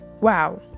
Wow